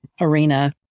arena